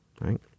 right